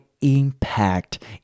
impact